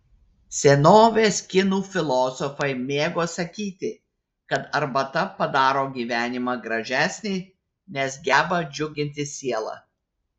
senovės kinų filosofai mėgo sakyti kad arbata padaro gyvenimą gražesnį nes geba džiuginti sielą